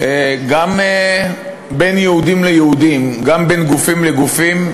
גם בין יהודים ליהודים, גם בין גופים לגופים,